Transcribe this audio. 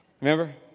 Remember